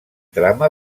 drama